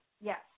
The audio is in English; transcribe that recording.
Yes